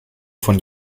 von